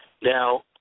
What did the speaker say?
Now